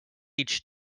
each